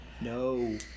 No